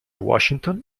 washington